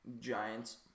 Giants